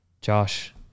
Josh